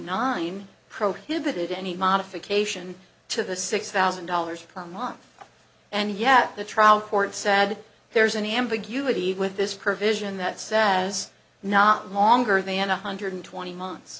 nine prohibited any modification to the six thousand dollars per month and yet the trial court sad there's an ambiguity with this provision that says not longer than one hundred twenty months